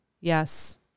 Yes